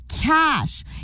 cash